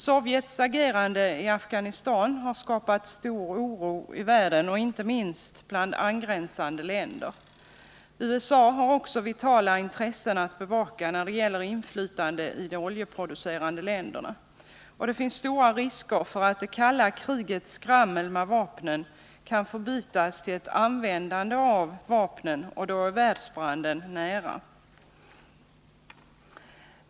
Sovjets agerande i Afghanistan har skapat stor oro i världen och inte minst i angränsande länder. USA har också vitala intressen att bevaka när det gäller inflytande i de oljeproducerande länderna. Det finns stora risker att det kalla krigets skrammel med vapnen kan förbytas i ett användande av vapnen, och då är världsbranden nära.